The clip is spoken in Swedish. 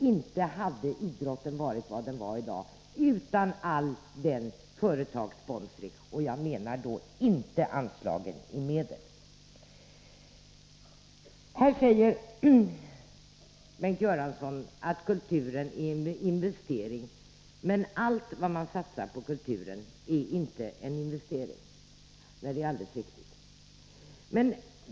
Inte hade idrotten varit vad den är i dag utan företagens sponsorverksamhet, och jag menar då inte anslagen i medel. Här säger Bengt Göransson att kulturen är en investering, men att allt det man satsar på kulturen inte är en investering. Nej, det är alldeles riktigt.